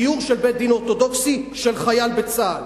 גיור של בית-דין אורתודוקסי של חייל בצה"ל.